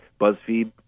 BuzzFeed